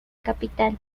capital